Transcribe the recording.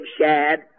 shad